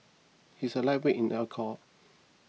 he is a lightweight in alcohol